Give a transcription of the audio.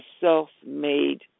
self-made